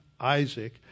Isaac